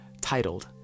titled